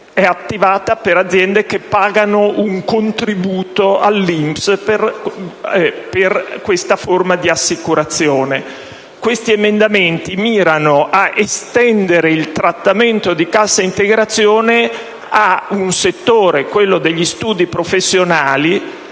è attivata per aziende che pagano un contributo all'INPS, nell'ambito di un rapporto di assicurazione. Ora, questi emendamenti mirano a estendere il trattamento di cassa integrazione a un settore - quello degli studi professionali